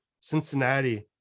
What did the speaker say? Cincinnati